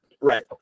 Right